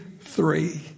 three